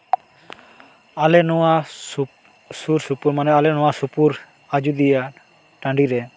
ᱟᱞᱮ ᱱᱚᱣᱟ ᱥᱩᱨᱼᱥᱩᱯᱩᱨ ᱢᱟᱱᱮ ᱟᱞᱮ ᱱᱚᱣᱟ ᱥᱩᱯᱩᱨ ᱟᱡᱳᱫᱤᱭᱟᱹ ᱴᱟᱺᱰᱤ ᱨᱮ